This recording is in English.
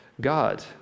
God